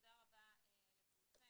תודה רבה לכולכם.